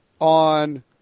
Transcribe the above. on